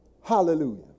Hallelujah